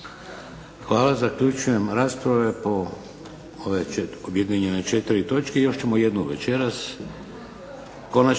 Hvala. Zaključujem raspravu o objedinjene četiri točke i još ćemo jednu večeras.